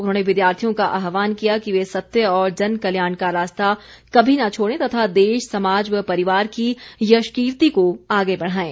उन्होंने विद्यार्थियों का आहवान किया कि वे सत्य और जन कल्याण का रास्ता कभी न छोड़ें तथा देश समाज व परिवार की यश कीर्ति को आगे बढ़ाएं